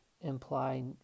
imply